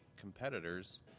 competitors